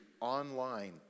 online